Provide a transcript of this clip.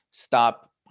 stop